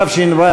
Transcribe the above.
התשע"ו 2015,